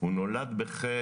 הוא נולד בחטא.